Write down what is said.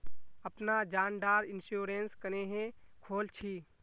अपना जान डार इंश्योरेंस क्नेहे खोल छी?